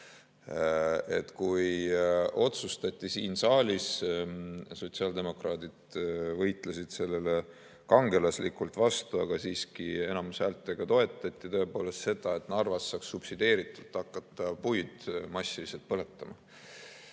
kui otsustati siin saalis – sotsiaaldemokraadid võitlesid sellele kangelaslikult vastu, aga siiski enamushäältega toetati seda –, et Narvas saaks subsideeritult hakata puid massiliselt põletama.